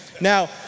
Now